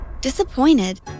disappointed